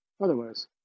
otherwise